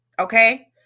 Okay